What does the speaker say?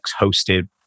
hosted